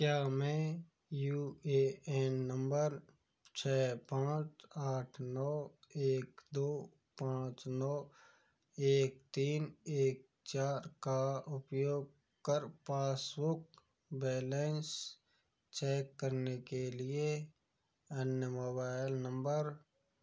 क्या मैं U A N number छ पाँच आठ नौ एक दो पाँच नौ एक तीन एक चार का उपयोग कर पासबुक बैलेंस चैक करने के लिए अन्य मोबाइल नंबर